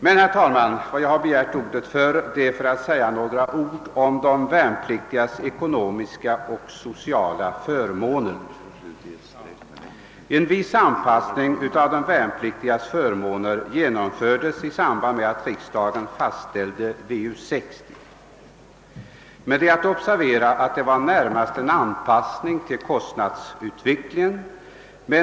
Jag begärde emellertid ordet, herr talman, närmast för att ta upp frågan om de värnpliktigas ekonomiska och sociala förmåner. En viss anpassning av de värnpliktigas förmåner genomfördes i samband med att riksdagen fastställde VU 60, men det är att observera att det då närmast var fråga om en anpassning till kostnadsutvecklingen.